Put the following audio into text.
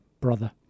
Brother